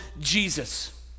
Jesus